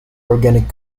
organic